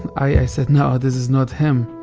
i said, no, this is not him.